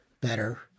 better